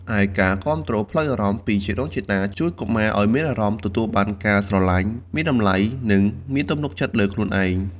ឯការគាំទ្រផ្លូវអារម្មណ៍ពីជីដូនជីតាជួយកុមារឱ្យមានអារម្មណ៍ទទួលបានការស្រឡាញ់ មានតម្លៃ និងមានទំនុកចិត្តលើខ្លួនឯង។